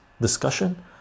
discussion